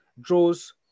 draws